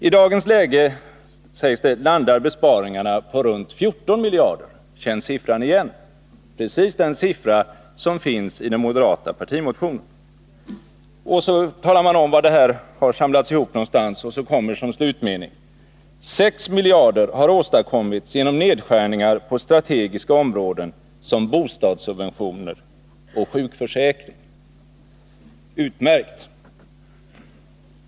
—-- I dagens läge landar besparingarna på runt 14 miljarder.” Känns siffran igen? Det är precis den siffra som finns i den moderata partimotionen. I artikeln redovisas vidare var besparingarna skall göras. I slutmeningen framhålls: ”Sex miljarder har åstadkommits genom nedskärningar på strategiska områden som bostadssubventioner och sjukförsäkring.” Utmärkt.